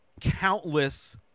countless